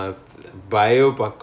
oh very good